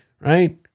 right